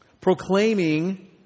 proclaiming